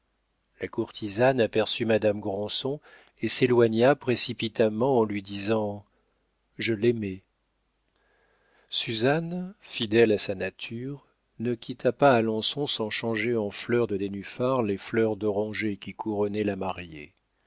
la courtisane aperçut madame granson et s'éloigna précipitamment en lui disant je l'aimais suzanne fidèle à sa nature ne quitta pas alençon sans changer en fleurs de nénuphar les fleurs d'oranger qui couronnaient la mariée